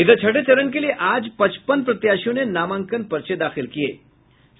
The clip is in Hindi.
इधर छठे चरण के लिये आज पचपन प्रत्याशियों ने नामांकन पर्चे दाखिल किये गये